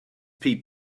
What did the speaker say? pete